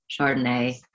Chardonnay